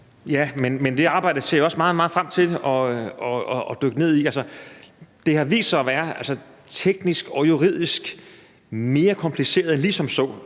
Men det arbejde ser jeg også meget, meget frem til at dykke ned i. Det har vist sig at være teknisk og juridisk mere kompliceret end som så